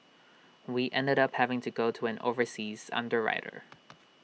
we ended up having to go to an overseas underwriter